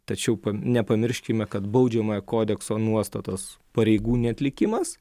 tačiau nepamirškime kad baudžiamojo kodekso nuostatos pareigų neatlikimas